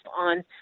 on